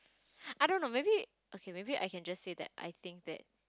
I don't know maybe okay maybe I can just say that I think that